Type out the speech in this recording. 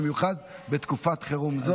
במיוחד בתקופת חירום זאת.